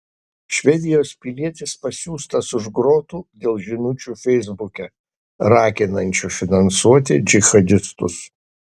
švedijos pilietis pasiųstas už grotų dėl žinučių feisbuke raginančių finansuoti džihadistus